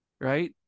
right